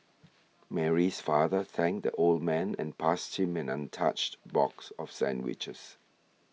Mary's father thanked the old man and passed him an untouched box of sandwiches